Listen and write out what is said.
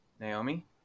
naomi